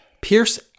Pierce